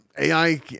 AI